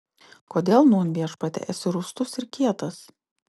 kodėl nūn viešpatie esi rūstus ir kietas